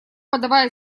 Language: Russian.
подавая